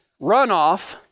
runoff